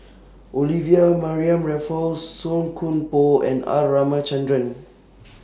Olivia Mariamne Raffles Song Koon Poh and R Ramachandran